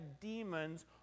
demons